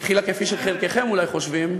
התחילה, כפי שחלקכם אולי חושבים,